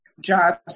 jobs